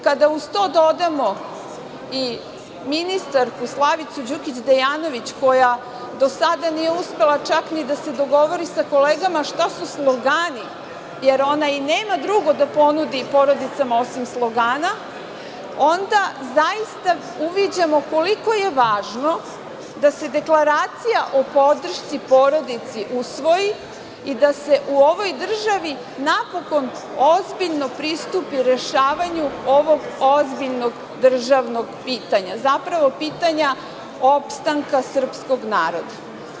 Kada uz to dodamo i ministarku Slavicu Đukić Dejanović, koja do sada nije uspela čak ni da se dogovori sa kolegama šta su slogani, jer ona i nema drugo da ponudi porodicama osim slogana, onda zaista uviđamo koliko je važno da se deklaracija o podršci porodici usvoji i da se u ovoj državi napokon ozbiljno pristupi rešavanju ovog ozbiljnog državnog pitanja, zapravo pitanja opstanka srpskog naroda.